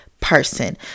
person